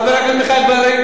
חבר הכנסת מיכאל בן-ארי,